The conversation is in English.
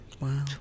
Wow